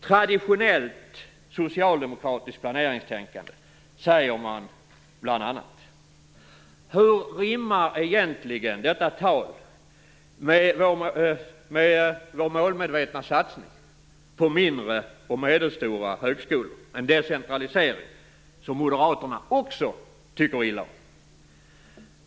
"Traditionellt socialdemokratiskt planeringstänkande", säger man bl.a. Hur rimmar detta tal med vår målmedvetna satsning på mindre och medelstora högskolor? Denna decentralisering tycker Moderaterna också illa om.